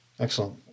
Excellent